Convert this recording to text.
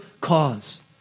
cause